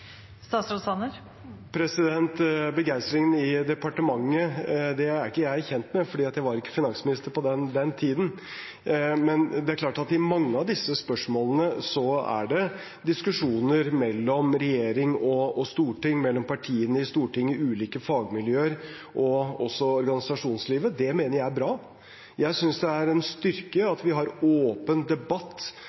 Begeistringen i departementet er ikke jeg kjent med, for jeg var ikke finansminister på den tiden. Men det er klart at det i mange av disse spørsmålene er diskusjoner mellom regjering og storting, mellom partiene i Stortinget, i ulike fagmiljøer og også i organisasjonslivet. Det mener jeg er bra. Jeg synes det er en styrke at vi har en åpen debatt